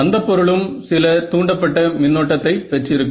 அந்தப் பொருளும் சில தூண்டப்பட்ட மின்னோட்டத்தை பெற்றிருக்கும்